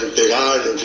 they are a